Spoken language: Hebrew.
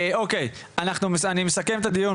אוקיי, אני מסכם את הדיון.